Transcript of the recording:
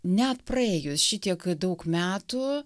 net praėjus šitiek daug metų